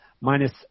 Minus